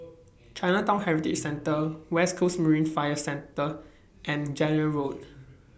Chinatown Heritage Centre West Coast Marine Fire Station and Zehnder Road